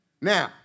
Now